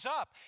up